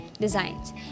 designs